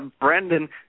Brendan